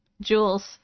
Jules